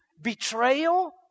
betrayal